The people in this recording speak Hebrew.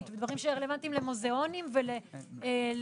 ודברים שרלוונטיים למוזיאונים וכולי.